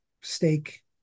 steak